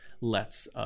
lets